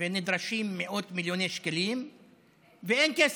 ונדרשים מאות מיליוני שקלים ואין כסף,